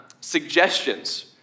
suggestions